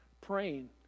praying